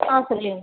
ஆ சொல்லிடுறேன்